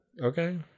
okay